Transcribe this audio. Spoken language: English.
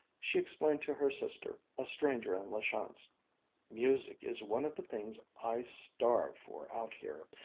she explained to her sister, a stranger in la chance music is one of the things i starve for, out here!